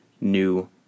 new